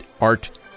art